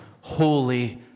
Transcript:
Holy